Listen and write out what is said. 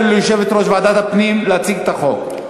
ליושבת-ראש ועדת הפנים להציג את החוק.